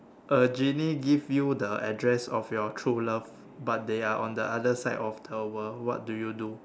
a genie give you the address of your true love but they are on the other side of the world what do you do